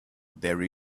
there